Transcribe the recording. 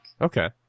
Okay